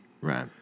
Right